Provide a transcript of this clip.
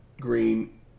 green